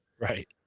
right